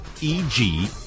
E-G